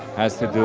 has to do